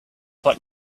what